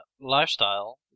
lifestyle